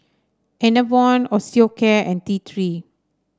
Enervon Osteocare and T Three